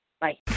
Bye